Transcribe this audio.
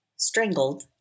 strangled